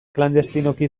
klandestinoki